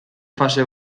fase